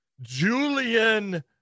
Julian